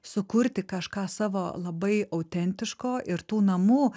sukurti kažką savo labai autentiško ir tų namų